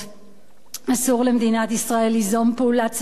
אסור למדינת ישראל ליזום פעולה צבאית עצמאית,